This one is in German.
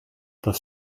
das